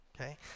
okay